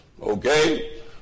Okay